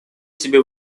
себе